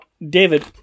David